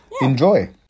Enjoy